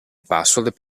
password